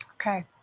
Okay